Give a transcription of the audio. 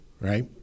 right